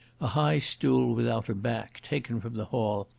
a high stool without a back, taken from the hall,